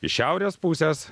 iš šiaurės pusės